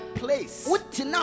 place